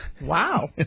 Wow